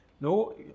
No